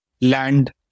land